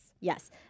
Yes